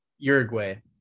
uruguay